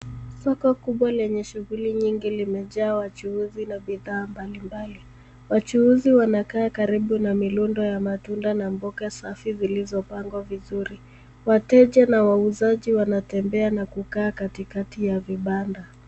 Soko kubwa lenye shughuli nyingi limejaa wachuuzi na bidhaa mbalimbali. Wachuuzi wanakaa karibu na milundo ya matunda na mboga safi zilizopangwa vizuri. Wateja na wauzaji wanatembea na kukaa katikati ya vibanda.